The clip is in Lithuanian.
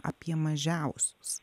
apie mažiausius